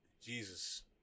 Jesus